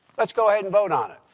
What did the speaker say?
let's go ahead and vote on it.